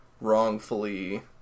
wrongfully